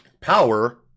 Power